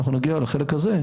אנחנו נגיע לחלק הזה,